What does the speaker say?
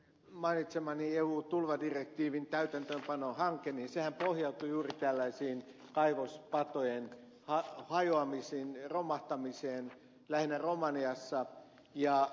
mainitsemani eun tulvadirektiivin täytäntöönpanohankehan pohjautuu juuri tällaisiin kaivospatojen hajoamisiin romahtamisiin lähinnä romaniassa tapahtuneeseen